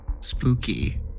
Spooky